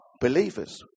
believers